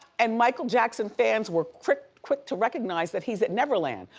and michael jackson fans were quick quick to recognize that he's at neverland,